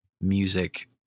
music